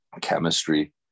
chemistry